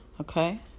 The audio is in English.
Okay